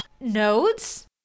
Nodes